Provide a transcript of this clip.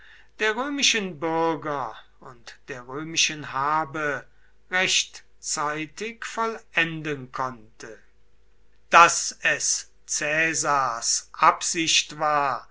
der römischen bürger und der römischen habe rechtzeitig vollenden konnte daß es caesars absicht war